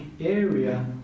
area